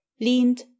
leaned